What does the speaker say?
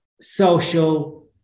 social